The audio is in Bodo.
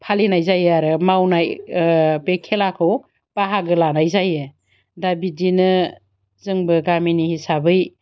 फालिनाय जायो आरो मावनाय बे खेलाखौ बाहागो लानाय जायो दा बिदिनो जोंबो गामिनि हिसाबै